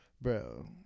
Bro